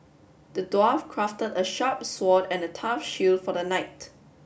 the dwarf crafted a sharp sword and a tough shield for the night